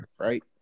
right